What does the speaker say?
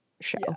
show